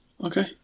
Okay